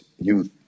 youth